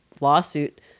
lawsuit